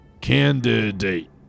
candidate